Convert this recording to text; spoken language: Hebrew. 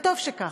וטוב שכך.